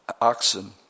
oxen